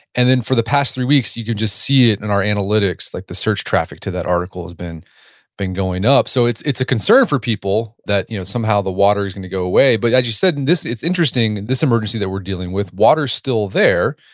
and then for the past three weeks, you could just see it in our analytics, like the search traffic to that article has been been going up. so, it's it's a concern for people that you know somehow the water is gonna go away. but as you said, and it's interesting, this emergency that we're dealing with, water's still there,